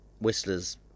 Whistler's